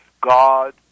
God